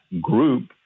group